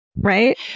right